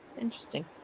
interesting